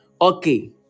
Okay